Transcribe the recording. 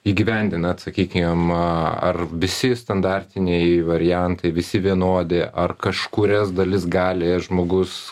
įgyvendinat sakykim ar visi standartiniai variantai visi vienodi ar kažkurias dalis gali žmogus